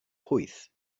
pwyth